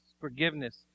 Forgiveness